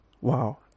Wow